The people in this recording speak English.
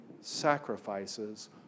sacrifices